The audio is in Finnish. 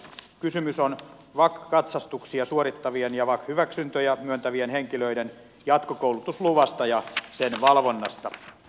kysymys on vak katsastuksia suorittavien ja vak hyväksyntöjä myöntävien henkilöiden jatkokoulutusluvasta ja sen valvonnasta